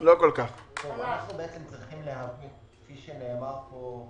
אנחנו צריכים להבין, כפי שנאמר פה,